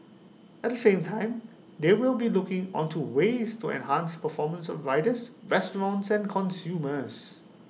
at the same time they will be looking onto ways to enhance performance of riders restaurants and consumers